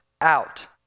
out